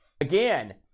Again